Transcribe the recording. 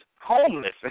homeless